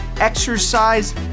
exercise